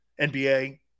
NBA